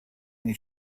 nei